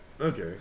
Okay